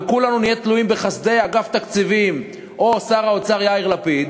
וכולנו נהיה תלויים בחסדי אגף תקציבים או שר האוצר יאיר לפיד,